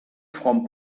from